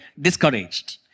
discouraged